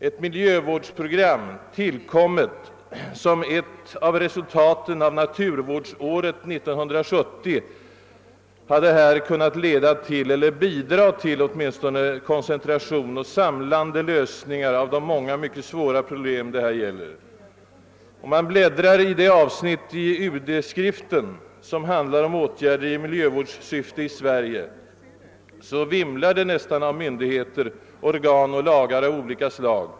Ett miljövårdsprogram tillkommet som ett av resultaten av naturvårdsåret 1970 hade här kunnat åtminstone bidra till koncentration på och samlande lösningar av de många mycket svåra problem det här gäller. Om man bläddrar i det avsnitt av UD-skriften, som handlar om åtgärder i miljövårdssyfte i Sverige, finner man att det nästan vimlar av myndigheter, organ och lagar av olika slag.